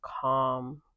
calm